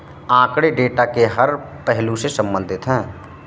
आंकड़े डेटा के हर पहलू से संबंधित है